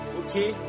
okay